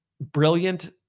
brilliant